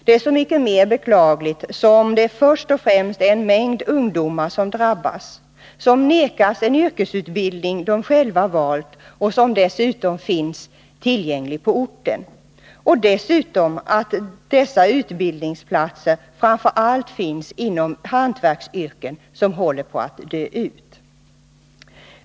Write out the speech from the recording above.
Det är så mycket mer beklagligt som det först och främst är en mängd ungdomar som drabbas, som nekas en yrkesutbildning de själva valt och som finns tillgänglig på orten — och dessutom finns dessa utbildningsplatser framför allt inom hantverksyrken som håller på att dö ut.